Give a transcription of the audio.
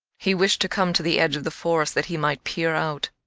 he wished to come to the edge of the forest that he might peer out.